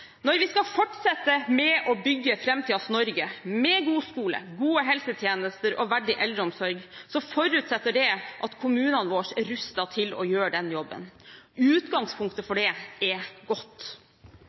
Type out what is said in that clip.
Når vi skal fortsette med å bygge framtidens Norge, med god skole, gode helsetjenester og verdig eldreomsorg, forutsetter det at kommunene våre er rustet til å gjøre den jobben. Utgangspunktet for